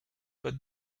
but